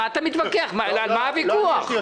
על מה הוויכוח?